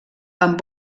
amb